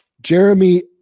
Jeremy